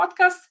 podcast